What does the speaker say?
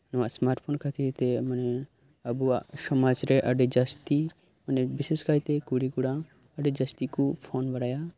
ᱱᱚᱶᱟ smart phone ᱠᱷᱟᱛᱤᱨ ᱛᱮ ᱢᱟᱱᱮ ᱟᱵᱚᱣᱟᱜ ᱥᱚᱢᱟᱡᱽ ᱨᱮ ᱟᱰᱤ ᱡᱟᱥᱛᱤ ᱢᱟᱱᱮ ᱵᱤᱥᱮᱥ ᱠᱟᱭᱛᱮ ᱠᱩᱲᱤ ᱠᱚᱲᱟ ᱟᱰᱤ ᱡᱟᱥᱛᱤ ᱠᱚ ᱯᱷᱳᱱ ᱵᱟᱲᱟᱭᱟ